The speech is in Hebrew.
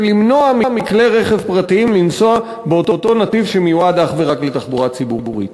למנוע מכלי רכב פרטיים לנסוע באותו נתיב שמיועד אך ורק לתחבורה ציבורית.